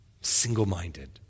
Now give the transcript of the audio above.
single-minded